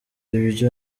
ibyo